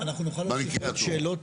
במקרה הטוב.